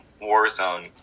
Warzone